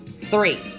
three